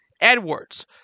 Edwards